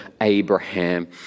Abraham